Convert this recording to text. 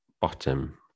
bottom